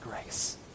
grace